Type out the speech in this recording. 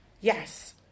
Yes